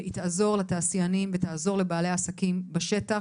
והיא תעזור לתעשיינים ולבעלי העסקים בשטח.